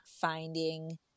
finding